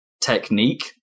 technique